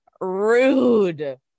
rude